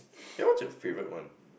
ya what's your favourite one